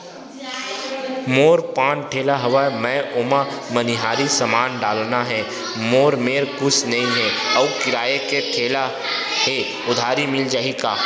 मोर पान ठेला हवय मैं ओमा मनिहारी समान डालना हे मोर मेर कुछ नई हे आऊ किराए के ठेला हे उधारी मिल जहीं का?